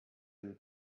and